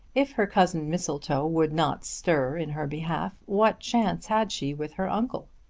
if her cousin mistletoe would not stir in her behalf what chance had she with her uncle?